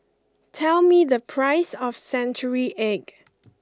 tell me the price of Century Egg